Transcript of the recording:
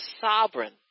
sovereign